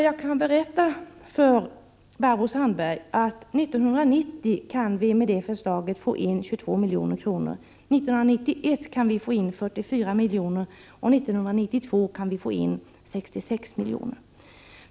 Jag kan berätta för Barbro Sandberg att med det förslaget kan vi år 1990 få in 22 milj.kr., år 1991 få in 44 milj.kr. och år 1992 få in 66 milj.kr.